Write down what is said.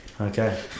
Okay